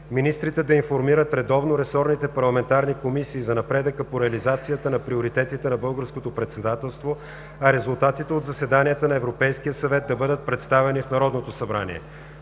Министрите да информират редовно ресорните парламентарни комисии за напредъка по реализацията на приоритетите на българското председателство, а резултатите от заседанията на Европейския съвет да бъдат представяни в Народното събрание.